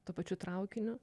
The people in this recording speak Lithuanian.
tuo pačiu traukiniu